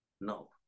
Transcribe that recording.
No